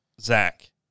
Zach